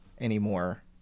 anymore